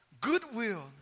Goodwill